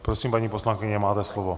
Prosím, paní poslankyně, máte slovo.